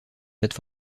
plates